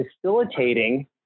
facilitating